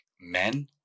men